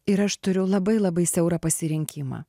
ir aš turiu labai labai siaurą pasirinkimą